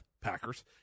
Packers